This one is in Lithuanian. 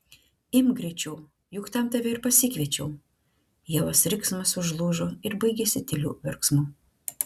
imk greičiau juk tam tave ir pasikviečiau ievos riksmas užlūžo ir baigėsi tyliu verksmu